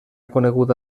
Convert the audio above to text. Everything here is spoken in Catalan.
coneguda